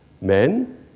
Men